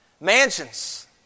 Mansions